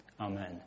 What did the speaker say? Amen